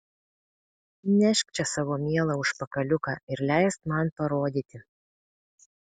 nešk čia savo mielą užpakaliuką ir leisk man parodyti